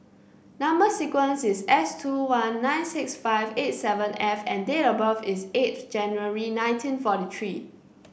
number sequence is S two one nine six five eight seven F and date of birth is eighth January nineteen forty three